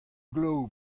glav